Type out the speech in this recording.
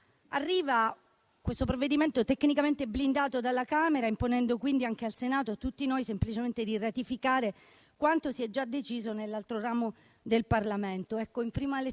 Questo provvedimento arriva tecnicamente blindato dalla Camera, imponendo quindi anche al Senato, a tutti noi, semplicemente di ratificare quanto si è già deciso nell'altro ramo del Parlamento.